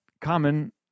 Common